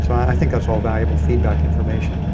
so i think that's all valuable feedback information.